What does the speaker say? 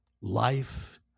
Life